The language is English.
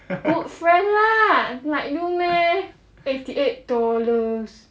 good friend lah like you know meh eighty eight dollars